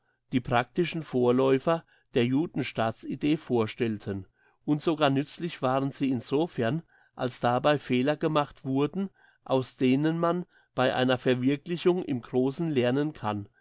die praktischen vorläufer der judenstaats idee vorstellten und sogar nützlich waren sie insofern als dabei fehler gemacht wurden aus denen man bei einer verwirklichung im grossen lernen kann